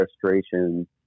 frustration